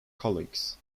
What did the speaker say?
colleagues